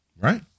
Right